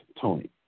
Tony